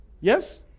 Yes